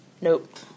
Nope